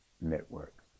Network